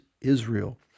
Israel